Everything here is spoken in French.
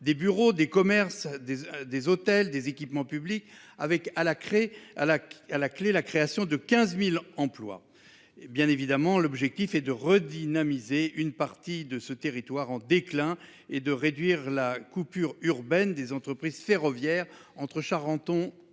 des bureaux, des commerces, des, des hôtels, des équipements publics avec, à la craie à la, à la clé la création de 15.000 emplois et bien évidemment, l'objectif est de redynamiser une partie de ce territoire en déclin et de réduire la coupure urbaine des entreprises ferroviaires entre Charenton